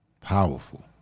Powerful